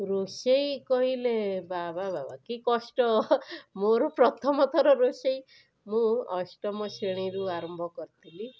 ରୋଷେଇ କହିଲେ ବାବା ବାବା କି କଷ୍ଟ ମୋର ପ୍ରଥମଥର ରୋଷେଇ ମୁଁ ଅଷ୍ଟମ ଶ୍ରେଣୀରୁ ଆରମ୍ଭ କରିଥିଲି